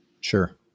Sure